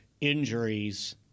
injuries